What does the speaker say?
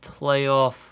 playoff